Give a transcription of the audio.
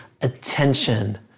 attention